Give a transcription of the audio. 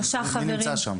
מי נמצא שם?